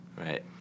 Right